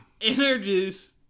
Introduce